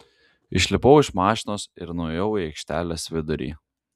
išlipau iš mašinos ir nuėjau į aikštelės vidurį